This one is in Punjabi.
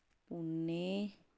ਪੂਨੇ